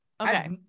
Okay